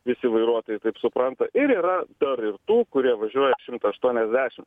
visi vairuotojai taip supranta ir yra dar ir tų kurie važiuoja šimtą aštuoniasdešimt